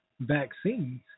vaccines